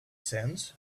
sense